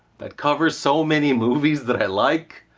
that covers so many movies that i like!